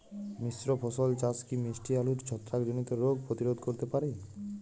মিশ্র ফসল চাষ কি মিষ্টি আলুর ছত্রাকজনিত রোগ প্রতিরোধ করতে পারে?